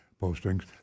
postings